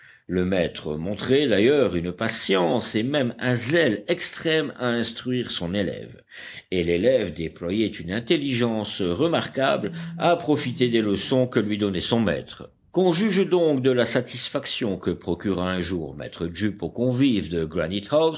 le maître montrait d'ailleurs une patience et même un zèle extrême à instruire son élève et l'élève déployait une intelligence remarquable à profiter des leçons que lui donnait son maître qu'on juge donc de la satisfaction que procura un jour maître jup aux convives de